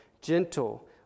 gentle